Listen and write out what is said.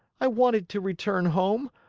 i wanted to return home.